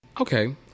Okay